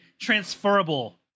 transferable